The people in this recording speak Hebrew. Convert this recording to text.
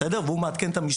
והוא מעדכן את המשטרה.